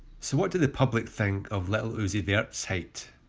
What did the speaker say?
so what do the public think of lil uzi vert's height?